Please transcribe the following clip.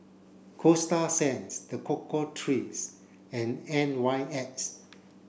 Coasta Sands The Cocoa Trees and N Y X